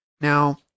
Now